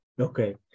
Okay